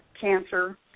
cancer